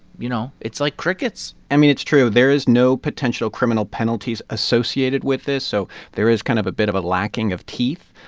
you know, it's like crickets i mean, it's true. there is no potential criminal penalties associated with this. so there is kind of a bit of a lacking of teeth.